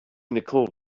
nicole